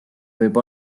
võib